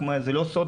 זה לא סוד,